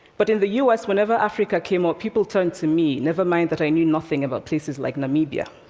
but in the u s, whenever africa came up, people turned to me. never mind that i knew nothing about places like namibia.